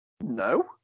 No